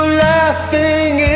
laughing